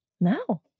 No